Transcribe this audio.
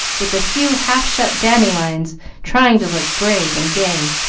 with a few half-shut dandelions trying to look brave and gay.